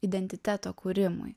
identiteto kūrimui